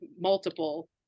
multiple